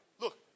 look